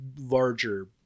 larger